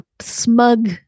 smug